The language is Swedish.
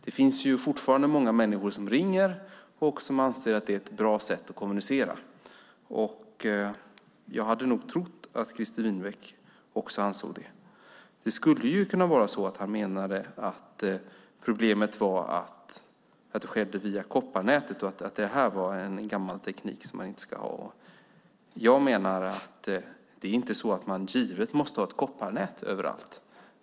Det finns fortfarande många människor som ringer och som anser att det är ett bra sätt att kommunicera. Jag hade nog trott att också Christer Winbäck ansåg det. Han menade kanske att problemet är att det sker via kopparnätet och att det är en gammal teknik som man inte ska ha. Jag menar att det inte är givet att man måste ha ett kopparnät överallt.